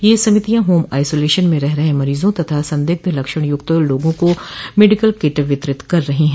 यह समितियां home isolation में रह रहे मरीजों तथा संदिग्ध लक्षण युक्त लोगों को मेडिकल किट वितरित कर रही है